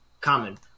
common